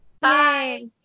Bye